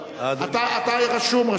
אבל אתה רשום.